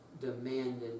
demanded